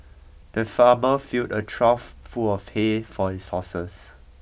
the farmer filled a trough full of hay for his horses